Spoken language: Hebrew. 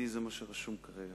לי זה מה שרשום כרגע.